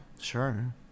Sure